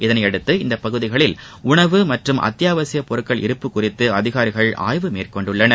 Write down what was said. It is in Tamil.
இதனையடுத்து இப்பகுதிகளில் உணவு மற்றும் அத்தியாவசியப் பொருட்கள் இருப்பு குறித்து அதிகாரிகள் ஆய்வு மேற்கொண்டுள்ளனர்